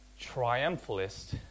triumphalist